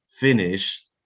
finish